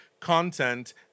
content